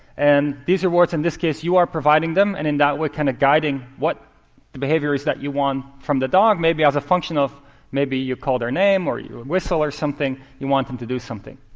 and these rewards, in this case, you are providing them and, in that way kind of guiding what the behavior is that you want from the dog, maybe as a function of maybe you call their name, or you whistle or something. you want them to do something.